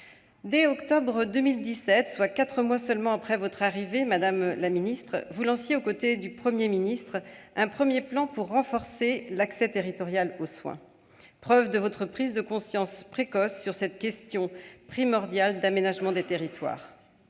Dès octobre 2017, soit quatre mois seulement après votre entrée en fonction, madame la ministre, vous lanciez, aux côtés du Premier ministre, un premier plan pour renforcer l'accès territorial aux soins, preuve de votre prise de conscience précoce sur cette question primordiale d'aménagement des territoires.